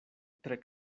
tre